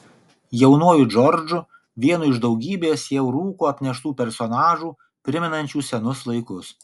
jaunuoju džordžu vienu iš daugybės jau rūko apneštų personažų primenančių senus laikus